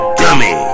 dummy